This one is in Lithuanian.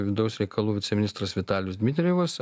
vidaus reikalų viceministras vitalijus dmitrijevas